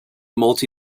multi